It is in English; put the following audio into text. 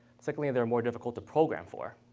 secondly, they're more difficult to program for.